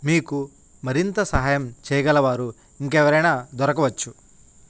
మీకు మరింత సహాయం చేయగలవారు ఇంకా ఎవరైనా దొరకవచ్చు